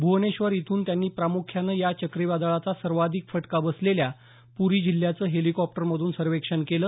भ्वनेश्वर इथून त्यांनी प्रामुख्यानं या चक्रीवादळाचा सर्वाधिक फटका बसलेल्या पुरी जिल्ह्याचं हेलीकॉप्टरमधून सर्वेक्षण केलं